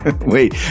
Wait